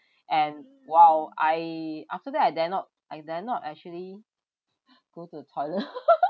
and !wow! I after that I dare not I dare not actually go to the toilet